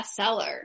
bestseller